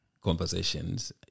conversations